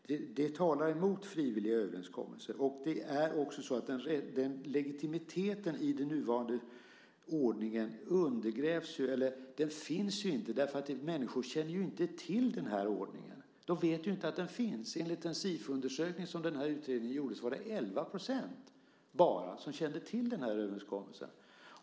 Det här talar emot frivilliga överenskommelser. Legitimiteten i den nuvarande ordningen finns inte. Människor känner inte till den här ordningen. De vet inte att den finns. Enligt en Sifoundersökning som utredningen i fråga gjort var det bara 11 % som kände till den här överenskommelsen.